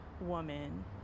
woman